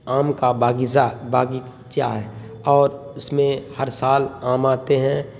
آم کا باغیچہ باغیچہ ہے اور اس میں ہر سال آم آتے ہیں